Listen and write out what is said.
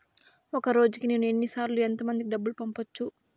ఒక రోజుకి నేను ఎన్ని సార్లు ఎంత మందికి డబ్బులు పంపొచ్చు?